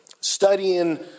studying